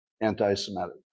anti-Semitic